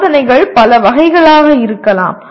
சோதனைகள் பல வகைகளாக இருக்கலாம்